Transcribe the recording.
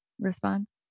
response